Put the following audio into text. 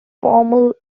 formal